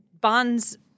Bonds